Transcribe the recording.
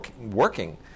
working